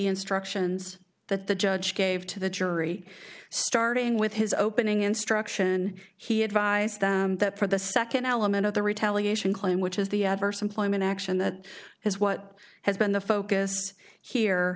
instructions that the judge gave to the jury starting with his opening instruction he advised that for the second element of the retaliation claim which is the adverse employment action that is what has been the focus here